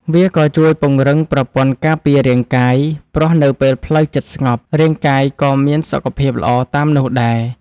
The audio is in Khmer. វាក៏ជួយពង្រឹងប្រព័ន្ធការពាររាងកាយ ព្រោះនៅពេលផ្លូវចិត្តស្ងប់ រាងកាយក៏មានសុខភាពល្អតាមនោះដែរ។